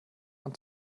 man